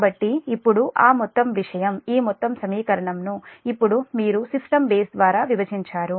కాబట్టి ఇప్పుడు ఆ మొత్తం విషయం ఈ మొత్తం సమీకరణంను ఇప్పుడు మీరు సిస్టమ్ బేస్ ద్వారా విభజించారు